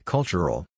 Cultural